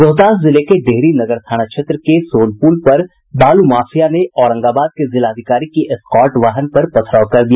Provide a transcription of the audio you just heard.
रोहतास जिले के डेहरी नगर थाना क्षेत्र के सोनपूल पर बालू माफिया ने औरंगाबाद के जिलाधिकारी के एस्कॉर्ट वाहन पर पथराव कर दिया